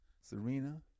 Serena